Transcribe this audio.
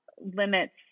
limits